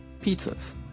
Pizzas